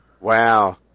Wow